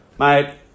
Mate